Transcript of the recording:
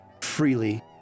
freely